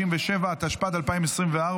157), התשפ"ד 2024,